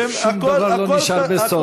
שום דבר לא נשאר בסוד.